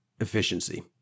efficiency